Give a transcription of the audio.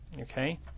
okay